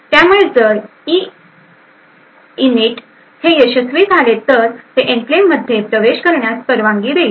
त्यामुळे जर इइनइट हे यशस्वी झाले तर ते एन्क्लेव्हमध्ये प्रवेश करण्यास परवानगी देईल